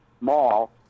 mall